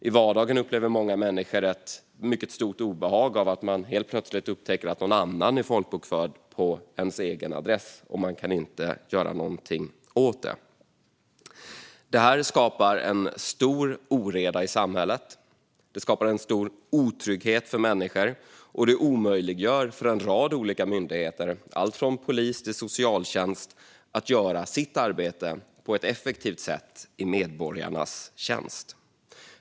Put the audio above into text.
I vardagen upplever många människor ett mycket stort obehag när de helt plötsligt upptäcker att någon annan är folkbokförd på deras adress och inte kan göra någonting åt det. Detta skapar stor oreda i samhället. Det skapar stor otrygghet för människor och omöjliggör för en rad olika myndigheter, alltifrån polis till socialtjänst, att göra sitt arbete på ett effektivt sätt i medborgarnas tjänst.